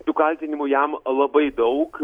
tų kaltinimų jam labai daug